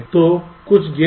तो कुछ गेट होंगे